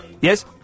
Yes